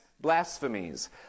blasphemies